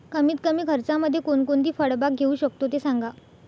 कमीत कमी खर्चामध्ये कोणकोणती फळबाग घेऊ शकतो ते सांगा